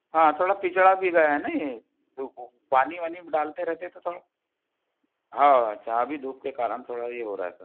हाँ थोड़ा खिचड़ा भी गया है ना ये तो वो पानी वानी भी डालते रहते तो थोड़ा हाँओ अच्छा अभी धूप के कारण थोड़ा ये हो रहा है सर